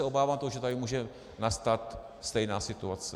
Obávám se, že tady může nastat stejná situace.